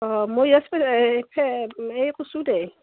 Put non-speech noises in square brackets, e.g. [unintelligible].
অঁ মই এই [unintelligible] এই কৰিছোঁ দে